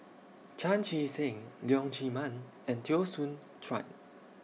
Chan Chee Seng Leong Chee Mun and Teo Soon Chuan